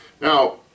now